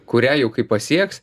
kurią jau kai pasieks